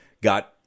got